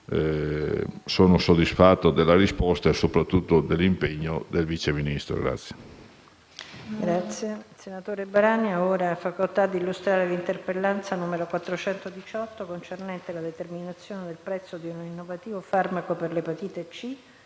soddisfatto della risposta e soprattutto dell'impegno del Vice Ministro.